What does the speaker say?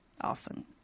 often